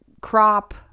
crop